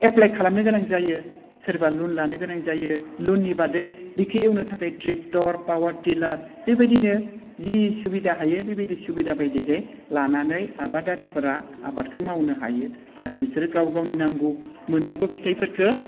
apply खालामनो गोनां जायो सोरबा लन लानो गोनां जायो लननि बादै बिखौ एवनो थाखाय ट्रेक्टर पावार टिलार बेबायदिनो जि सुबिदा हायो बेबायदि सुबिदा बायदिहै लानानै आबादारिफोरा आबादखौ मावनो हायो आरो बिसोरो गाव गावनि नांगौ मोननांगौ फिथाइफोरखौ